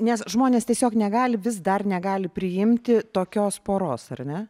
nes žmonės tiesiog negali vis dar negali priimti tokios poros ar ne